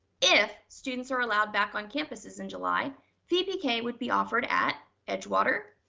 if students are allowed back on campuses in july vpk would be offered at edgewater,